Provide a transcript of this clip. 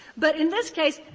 but in this case,